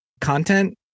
content